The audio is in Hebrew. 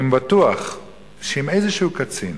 אני בטוח שאם איזה קצין